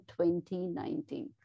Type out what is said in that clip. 2019